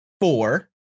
four